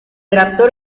raptor